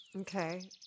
okay